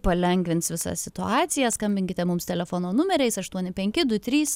palengvins visą situaciją skambinkite mums telefono numeriais aštuoni penki du trys